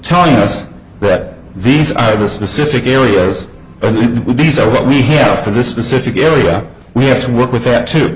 telling us that these are the specific areas these are what we have for this specific area we have to work with that too